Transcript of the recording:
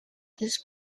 this